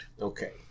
Okay